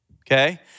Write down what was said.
Okay